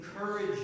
encourage